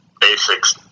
basics